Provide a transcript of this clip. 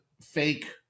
fake